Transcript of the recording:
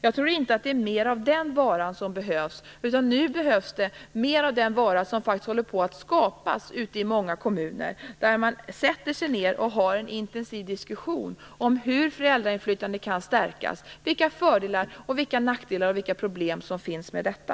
Jag tror inte att det är mer av den varan som behövs, utan nu behövs mer av den vara som faktiskt håller på att skapas i många kommuner där man för en intensiv diskussion om hur föräldrainflytandet kan stärkas, vilka fördelar och nackdelar och problem som finns med detta.